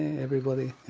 everybody.